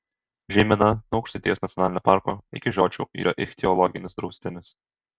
žeimena nuo aukštaitijos nacionalinio parko iki žiočių yra ichtiologinis draustinis